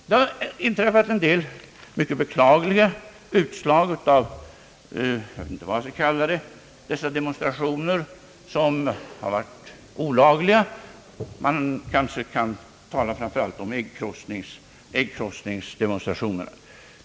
Det har förekommit en del mycket beklagliga utslag av demonstrationer som har varit olagliga. Jag vet inte vad jag skall kalla dem; man kanske kan tala om äggkastningsdemonstrationerna.